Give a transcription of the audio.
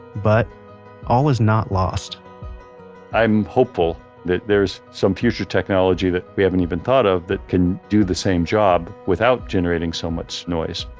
but all is not lost i'm hopefully that there's some future technology that we haven't even thought of that can maybe do the same job without generating so much noise,